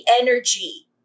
energy